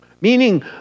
Meaning